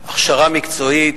הכשרה מקצועית,